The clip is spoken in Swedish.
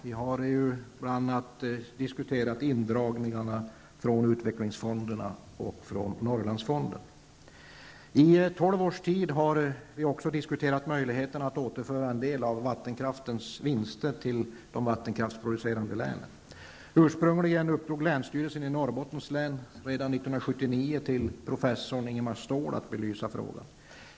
Vi har bl.a. diskuterat indragningarna från utvecklingsfonderna och från I tolv års tid har det diskuterats om möjligheterna att återföra en del av vattenkraftens vinster till de vattenkraftsproducerande länen. Ursprungligen uppdrog länsstyrelsen i Norrbottens län redan 1979 till professor Ingemar Ståhl att belysa frågan.